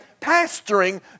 pastoring